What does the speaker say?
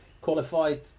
qualified